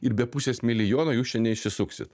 ir be pusės milijono jūs čia neišsisuksit